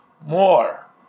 more